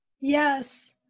Yes